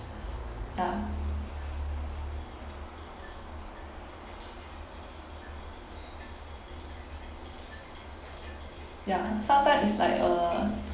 ya ya sometime is like uh